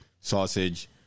sausage